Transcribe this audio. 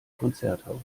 konzerthaus